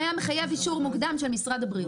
היה מחייב אישור מוקדם של משרד הבריאות.